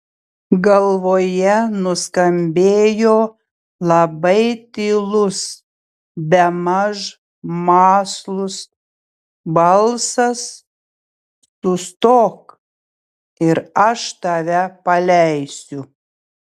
galvoje nuskambėjo labai tylus bemaž mąslus balsas sustok ir aš tave paleisiu